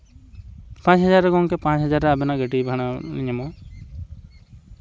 ᱯᱟᱸᱪ ᱦᱟᱡᱟᱨ ᱨᱮ ᱜᱚᱢᱠᱮ ᱯᱟᱸᱪ ᱦᱟᱡᱟᱨ ᱨᱮ ᱟᱵᱮᱱᱟᱜ ᱜᱟᱹᱰᱤ ᱵᱷᱟᱲᱟ ᱞᱤᱧ ᱧᱟᱢᱟ